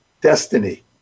destiny